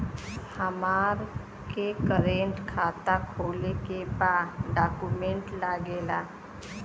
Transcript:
हमारा के करेंट खाता खोले के बा का डॉक्यूमेंट लागेला?